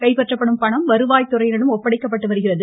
கைப்பற்றப்படும் பணம் வருவாய் துறையிடம் ஒப்படைக்கப்பட்டு வருகிறது